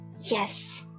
Yes